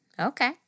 Okay